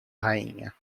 rainha